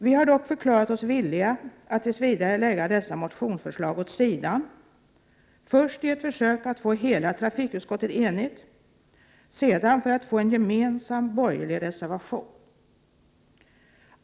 Vi har dock förklarat oss villiga att tills vidare lägga dessa motionsförslag åt sidan, först i ett försök att få hela trafikutskottet enigt, sedan för att få en gemensam borgerlig reservation.